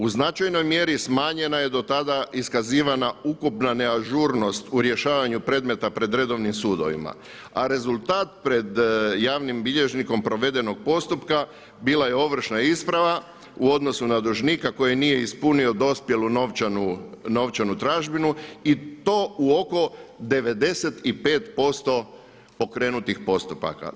U značajnom mjeri smanjena je do tada iskazivana ukupna neažurnost u rješavanju predmeta pred redovnim sudovima a rezultat pred javnim bilježnikom provedenog postupka bila je ovršna isprava u odnosu na dužnika koji nije ispunio dospjelu novčanu tražbinu i to u oko 95% pokrenutih postupaka.